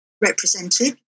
represented